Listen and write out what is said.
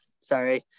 Sorry